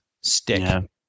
stick